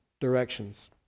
directions